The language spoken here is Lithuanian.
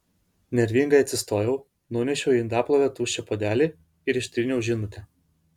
nervingai atsistojau nunešiau į indaplovę tuščią puodelį ir ištryniau žinutę